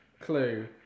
clue